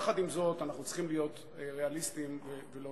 עם זאת, אנחנו צריכים להיות ריאליסטים ולהודות